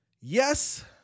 Yes